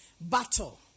battle